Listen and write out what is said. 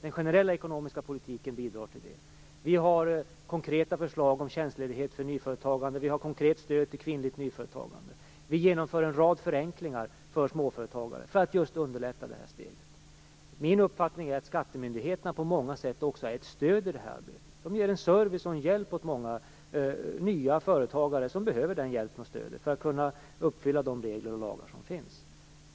Den generella ekonomiska politiken bidrar till det. Vi har konkreta förslag om tjänstledighet för nyföretagande, vi har konkret stöd till kvinnligt nyföretagande. Vi genomför en rad förenklingar för småföretagare för att just underlätta det här steget. Min uppfattning är att skattemyndigheterna på många sätt också är ett stöd i det här arbetet. Det ger service och hjälp åt många nya företagare som behöver den hjälpen och det stödet för att kunna uppfylla de regler och lagar som finns.